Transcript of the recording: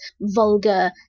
vulgar